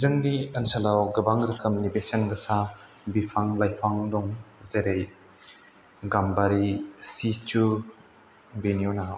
जोंनि ओनसोलाव गोबां रोखोमनि बेसेन गोसा बिफां लाइफां दं जेरै गामबारि सिसु बेनि उनाव